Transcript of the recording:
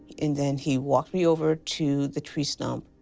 and then he walked me over to the tree stump,